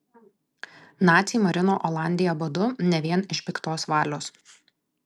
naciai marino olandiją badu ne vien iš piktos valios